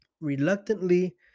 Reluctantly